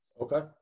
okay